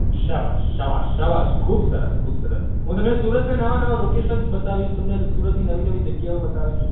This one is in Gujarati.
શાબાશ શાબાશ શાબાશ ખૂબ સરસ ખૂબ સરસ હુ તને સુરતનાં નવાં નવાં લોકેસન્સ બતાવીશ તમને સુરતની નવી નવી જગ્યાઓ બતાવીશ